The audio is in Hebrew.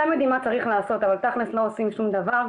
אבל תכלס לא עושים שום דבר.